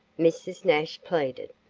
mrs. nash pleaded.